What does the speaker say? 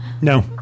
No